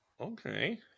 Okay